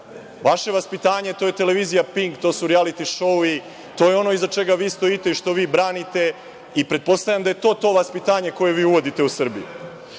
Vaše vaspitanje je televizija „Pink“, to su rijaliti šoui, to je ono iza čega vi stojite i što vi branite i pretpostavljam da je to, to vaspitanje koje uvodite u Srbiji. Vi